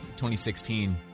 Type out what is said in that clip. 2016